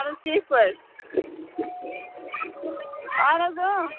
اہن حظ ٹھیٖک پٲٹھۍ اہن حظ